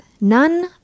none